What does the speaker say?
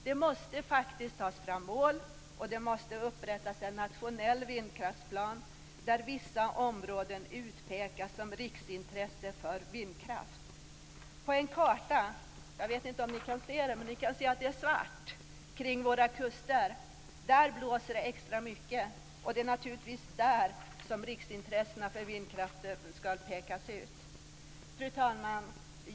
Det måste tas fram mål, och det måste upprättas en nationell vindkraftsplan där vissa områden utpekas som riksintresse för vindkraft. På den karta som jag här håller upp kan man se att det är svart kring våra kuster. Där blåser det extra mycket. Och det är naturligtvis där som riksintressena för vindkraften ska pekas ut. Fru talman!